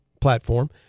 platform